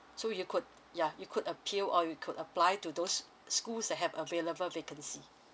so you could yeah you could appeal or you could apply to those schools that have available vacancy